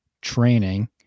training